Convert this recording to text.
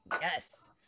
Yes